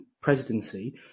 presidency